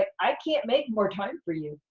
i can't make more time for you.